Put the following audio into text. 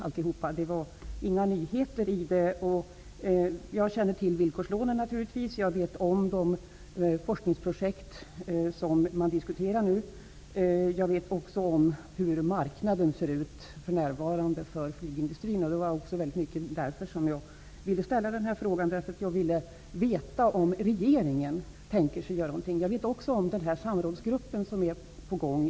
Det finns alltså inga nyheter i svaret. Naturligtvis känner jag till villkorslånen. Jag känner också till de forskningsprojekt som nu diskuteras. Vidare vet jag hur marknaden för närvarande ser ut för flygindustrin. Det var mycket därför som jag ville framställa min fråga. Jag ville nämligen veta om regeringen tänkte göra någonting. Jag känner också till Länsarbetsnämndens samrådsgrupp som är på gång.